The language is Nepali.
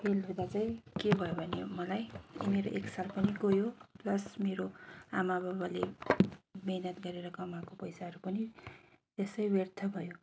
फेल हुँदा चाहिँ के भयो भने मलाई यी मेरो एक साल पनि गयो प्लस मेरो आमा बाबाले मेहनत गरेर कमाएको पैसाहरू पनि त्यसै व्यर्थ भयो